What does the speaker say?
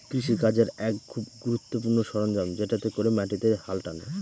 কৃষি কাজের এক খুব গুরুত্বপূর্ণ সরঞ্জাম যেটাতে করে মাটিতে হাল টানে